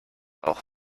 auch